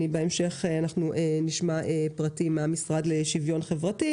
בהמשך נשמע פרטים מהמשרד לשוויון חברתי.